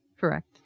Correct